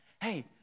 Hey